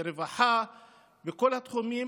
לרווחה וכל התחומים,